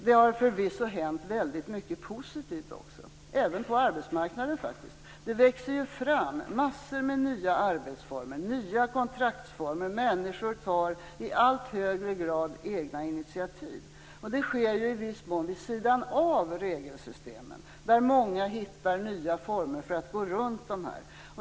Det har förvisso hänt väldigt mycket positivt också, även på arbetsmarknaden. Det växer ju fram mängder av nya arbetsformer, nya kontraktsformer, och människor tar i allt högre grad egna initiativ. Det sker i viss mån vid sidan av regelsystemen där många hittar nya former för att gå runt dessa.